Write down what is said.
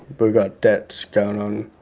but got debts going on,